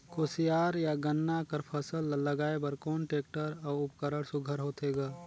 कोशियार या गन्ना कर फसल ल लगाय बर कोन टेक्टर अउ उपकरण सुघ्घर होथे ग?